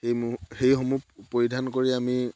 সেই সমূহ সেই সমূহ পৰিধান কৰি আমি